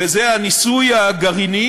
וזה הניסוי הגרעיני